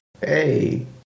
Hey